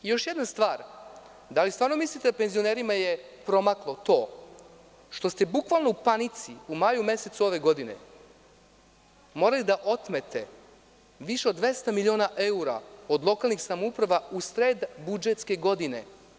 Još jedna stvar, da li stvarno mislite da je penzionerima promaklo to što ste bukvalno u panici što ste u maju mesecu ove godine morali da otmete više od 200 miliona evra od lokalnih samouprava usred budžetske godine.